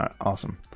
awesome